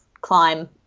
climb